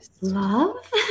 Love